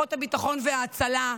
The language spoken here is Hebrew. כוחות הביטחון וההצלה,